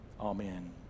amen